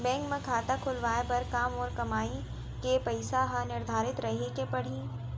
Bank म खाता खुलवाये बर का मोर कमाई के पइसा ह निर्धारित रहे के पड़ही?